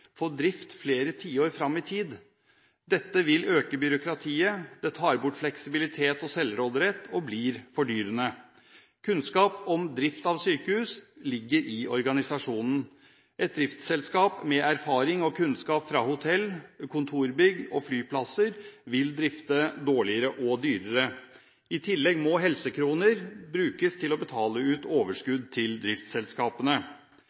for drift flere tiår fram i tid. Dette øker byråkratiet, tar bort fleksibilitet og selvråderett og blir fordyrende. Kunnskapen om drift av et sykehus ligger i organisasjonen. Et driftsselskap med erfaring fra og kunnskap om hotell, kontorbygg og flyplasser vil drifte dårligere og dyrere. I tillegg må helsekroner brukes til å betale ut